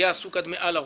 יהיה עסוק עד מעל הראש.